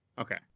Okay